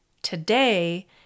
Today